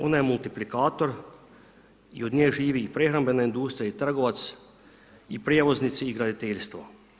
Ona je multiplikator i od nje živi i prehrambena industrija i trgovac i prijevoznici i graditeljstvo.